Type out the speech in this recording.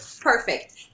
Perfect